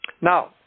Now